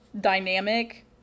dynamic